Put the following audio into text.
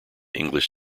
english